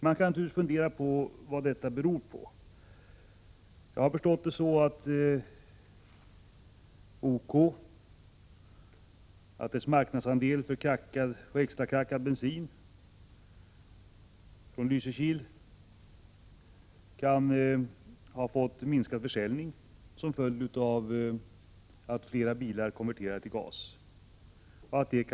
Det har gått snabbt att återgå till bensin, eftersom det huvudsakligen var storförbrukare i städerna som hade gått över till gas. Marknaden har snabbt återgått till bensin. Man kan naturligtvis fundera på vad allt detta beror på.